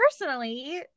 personally